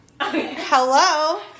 Hello